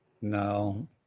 No